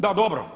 Da, dobro.